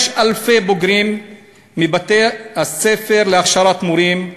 יש אלפי בוגרים מבתי-הספר להכשרת מורים,